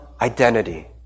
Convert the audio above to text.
identity